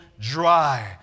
dry